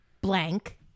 blank